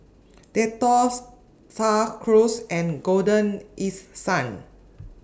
Dettol STAR Cruise and Golden East Sun